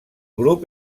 grup